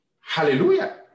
Hallelujah